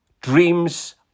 Dreams